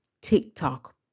TikTok